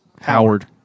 Howard